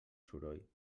soroll